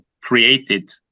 created